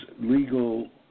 legal